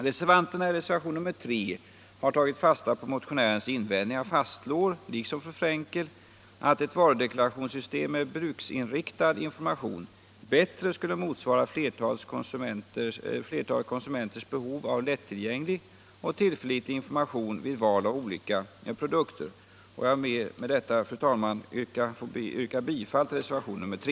Reservanterna i reservation 3 har tagit fasta på motionärens invändningar och fastslår — liksom fru Frenkel — att ett varudeklarationssystem med bruksinriktad information bättre skulle motsvara flertalet konsumenters behov av lättillgänglig och tillförlitlig information vid val av olika produkter. Jag ber med detta, fru talman, att få yrka bifall till reservation nr 3.